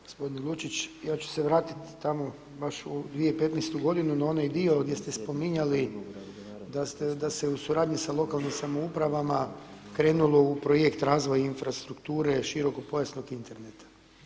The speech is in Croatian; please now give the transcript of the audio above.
Gospodine Lučić, ja ću se vratiti tamo baš u 2015. godinu na onaj dio gdje ste spominjali da se u suradnji sa lokalnim samoupravama krenulo u projekt razvoj infrastrukture širokopojasnog interneta.